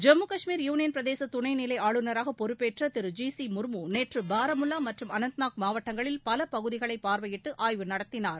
Jammu Kashmir union பிரதேச துணைநிலை ஆளுநராக பொறுப்பேற்ற திரு ஜி சி முர்மு நேற்று பாரமுல்லா மற்றும் அனந்த்நாக் மாவட்டங்களில் பல பகுதிகளை பார்வையிட்டு ஆய்வு நடத்தினார்